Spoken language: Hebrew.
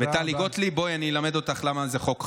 וטלי גוטליב, בואי אני אלמד אותך למה זה חוק חשוב.